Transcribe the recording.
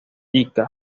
ica